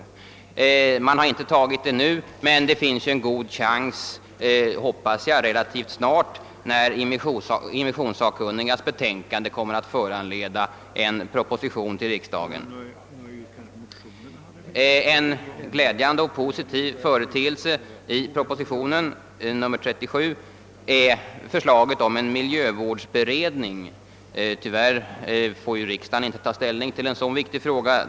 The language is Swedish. Den benämningen har inte antagits ännu, men det finns en god chans att så sker när immissionssakkunnigas betänkande relativt snart, hoppas jag, kommer att föranleda en proposition till riksdagen. En glädjande och positiv företeelse i Kungl. Maj:ts proposition nr 37 är förslaget om en miljövårdsberedning. Tyvärr får riksdagen inte ta ställning till den viktiga frågan.